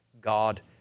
God